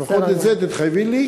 לפחות את זה תתחייבי לי,